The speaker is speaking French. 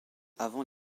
avant